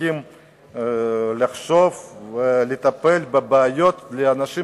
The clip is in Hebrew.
צריכים לחשוב ולטפל בבעיות של אנשים